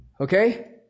Okay